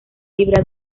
libre